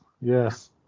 Yes